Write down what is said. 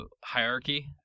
hierarchy